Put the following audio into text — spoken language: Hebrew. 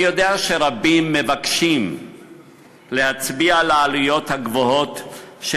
אני יודע שרבים מבקשים להצביע על העלויות הגבוהות של